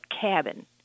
cabin